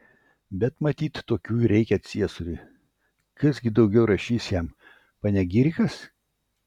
bet matyt tokių ir reikia ciesoriui kas gi daugiau rašys jam panegirikas